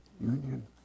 Union